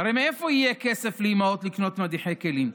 הרי מאיפה יהיה כסף לאימהות לקנות מדיחי כלים?